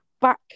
back